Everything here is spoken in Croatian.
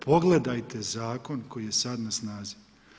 Pogledajte zakon koji je sad na snazi.